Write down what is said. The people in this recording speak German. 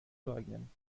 leugnen